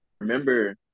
remember